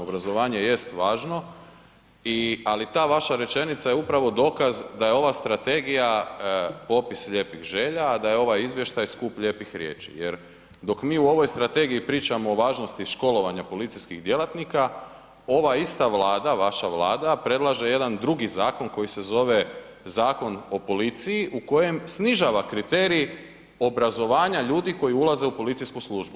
Obrazovanje jest važno, ali ta vaša rečenica je upravo dokaz da je ova strategija popis lijepih želja, a da je ovaj izvještaj skup lijepih riječi, jer dok mi u ovoj strategiji pričamo o važnosti školovanja policijskih djelatnika, ova ista Vlada, vaša Vlada, predlaže jedan drugi zakon koji se zove Zakon o policiji u kojem snižava kriterij obrazovanja ljudi koji ulaže u policijsku službu.